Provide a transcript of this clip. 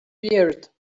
beard